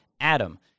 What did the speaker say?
adam